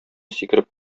сикереп